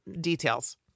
details